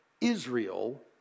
Israel